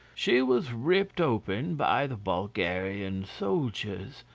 she was ripped open by the bulgarian soldiers,